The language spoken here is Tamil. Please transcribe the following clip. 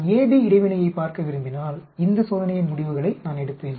நான் AB இடைவினையைப் பார்க்க விரும்பினால் இந்த சோதனையின் முடிவுகளை நான் எடுப்பேன்